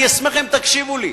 אני אשמח אם תקשיבו לי.